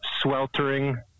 sweltering